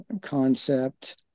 concept